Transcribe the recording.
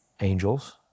angels